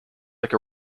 like